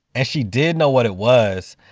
and she did know what it was,